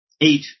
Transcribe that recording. eight